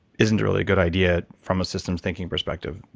isn't really a good idea, from a systems thinking perspective.